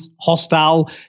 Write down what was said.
hostile